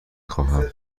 خواهم